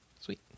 sweet